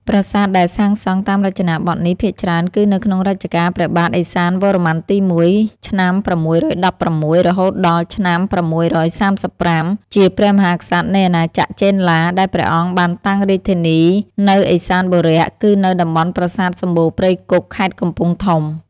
ប្រាសាទដែលសាងសង់តាមររចនាបថនេះ ភាគច្រើនគឺនៅក្នុងរជ្ជកាលព្រះបាទឦសានវរ្ម័នទី១ ឆ្នាំ៦១៦ រហូតដល់ ឆ្នាំ៦៣៥ ជាព្រះមហាក្សត្រនៃអាណាចក្រចេនឡា ដែលព្រះអង្គបានតាំងរាជធានីនៅឦសានបុរៈ គឺនៅតំបន់ប្រាសាទសំបូរព្រៃគុក ខេត្តកំពង់ធំ ។